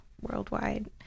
worldwide